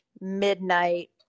midnight